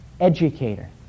educator